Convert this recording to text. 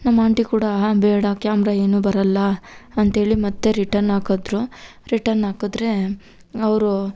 ನಮ್ಮ ಆಂಟಿ ಕೂಡ ಹಾಂ ಬೇಡ ಕ್ಯಾಮ್ರ ಏನು ಬರಲ್ಲ ಅಂತೇಳಿ ಮತ್ತೆ ರಿಟನ್ ಹಾಕಿದ್ರು ರಿಟನ್ ಹಾಕಿದ್ರೆ ಅವರು